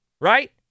right